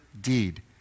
deed